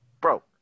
Bro